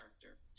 character